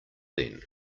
then